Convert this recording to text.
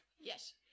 Yes